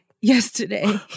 yesterday